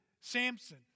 Samson